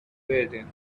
waiting